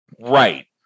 Right